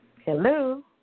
Hello